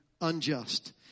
unjust